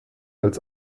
als